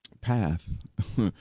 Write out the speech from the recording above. path